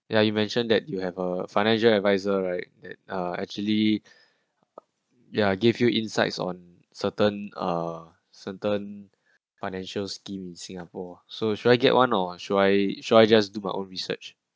ya you mentioned that you have a financial adviser right that uh actually ya gave you insights on certain uh certain financial scheme in singapore so should I get one or should I should I just do my own research